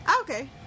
Okay